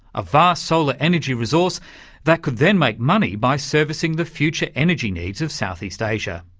a vast solar energy resource that could then make money by servicing the future energy needs of southeast asia.